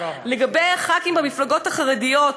חברי הכנסת במפלגות החרדיות,